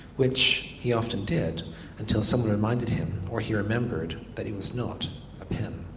which he often did until someone reminded him, or he remembered, that it was not a pen.